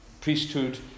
priesthood